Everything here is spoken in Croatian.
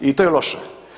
I to je loše.